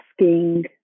asking